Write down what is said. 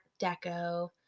deco